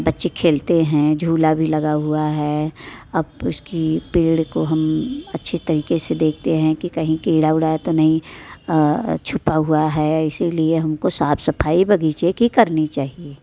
बच्चे खेलते हैं झूला भी लगा हुआ अब उसकी पेड़ को हम अच्छे तरीके से देखते हैं कि कहीं कीड़ा उड़ा तो नहीं छुपा हुआ है इसीलिए हमको साफ सफाई बगीचे की करनी चाहिए